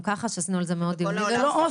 גם זה לא מתקיים.